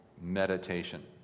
meditation